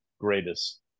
greatest